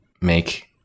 make